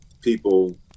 people